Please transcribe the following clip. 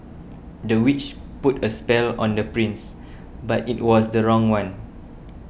the witch put a spell on the prince but it was the wrong one